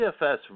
DFS